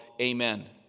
Amen